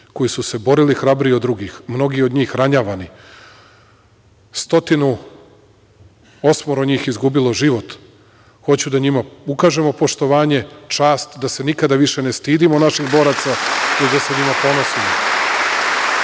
koji su se borili hrabrije od drugih, mnogi od njih ranjavani, 108 njih izgubilo život, hoću da njima ukažemo poštovanje, čast, da se nikada više ne stidimo naših boraca, nego da se njima ponosimo. Ali,